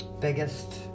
biggest